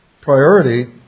priority